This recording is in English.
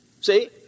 See